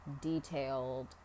detailed